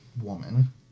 woman